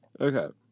okay